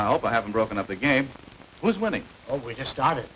i hope i haven't broken up the game was winning we just started